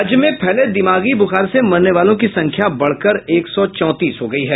राज्य में फैले दिमागी बुखार से मरने वालों की संख्या बढ़कर एक सौ चौंतीस हो गई है